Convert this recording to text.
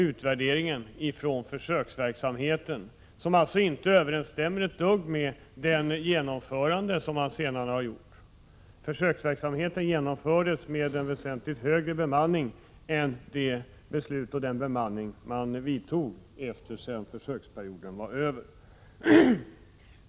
Utvärderingen av försöksverksamheten stämmer alltså inte ett dugg med det genomförande som man sedan har gjort. Försöksverksamheten genomfördes med väsentligt större bemanning än den man har haft sedan försöksperioden var över.